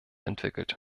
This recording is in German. entwickelt